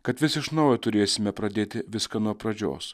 kad vis iš naujo turėsime pradėti viską nuo pradžios